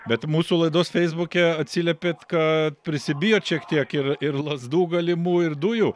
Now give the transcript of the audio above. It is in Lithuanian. bet mūsų laidos feisbuke atsiliepėt kad prisibijot šiek tiek ir ir lazdų galimų ir dujų